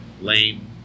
lame